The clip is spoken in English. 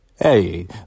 Hey